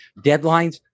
Deadlines